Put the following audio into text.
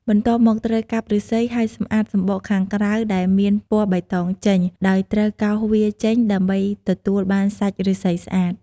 បន្ទាប់មក ត្រូវកាប់ឫស្សី ហើយសម្អាតសំបកខាងក្រៅដែលមានពណ៌បៃតងចេញ ដោយត្រូវកោសវាចេញដើម្បីទទួលបានសាច់ឫស្សីស្អាត ។